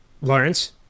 Lawrence